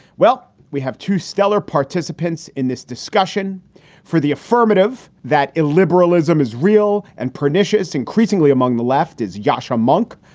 well, we have two stellar participants in this discussion for the affirmative that illiberalism is real and pernicious. increasingly among the lefties, yasha monk,